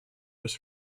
was